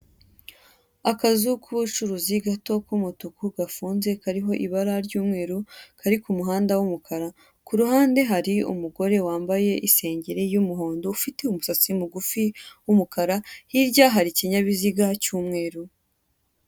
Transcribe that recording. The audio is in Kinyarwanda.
Akazu k'ubucuruzi gato k'umutuku gafunze kariho ibara ry'umweru kari ku muhanda w'umukara, ku ruhande hari umugore wambaye isengeri y'umuhondo ufite umusatsi mugufi w'umukara, hirya hari ikinyabiziga cy'umweru.